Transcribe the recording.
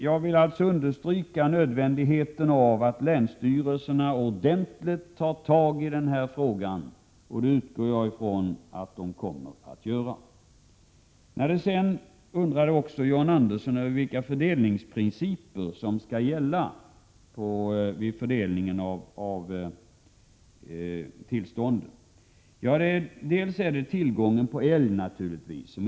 Jag vill alltså understryka nödvändigheten av att länsstyrelserna ordentligt tar tag i denna fråga, och det utgår jag från att de kommer att göra. John Andersson undrade också över vilka fördelningsprinciper som skall gälla vid fördelningen av tillstånden. En utgångspunkt är tillgången på älg.